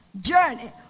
journey